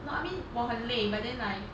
no I mean 我很累 but then like